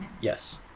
Yes